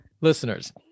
listeners